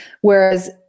Whereas